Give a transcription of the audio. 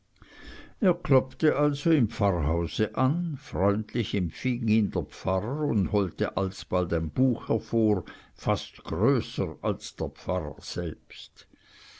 er klopfte also im pfarrhause an freundlich empfing ihn der pfarrer und holte alsbald ein buch hervor fast größer als der pfarrer selbst